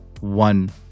one